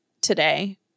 today